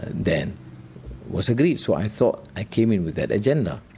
then was agreed. so i thought i came in with that agenda.